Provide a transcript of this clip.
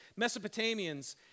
Mesopotamians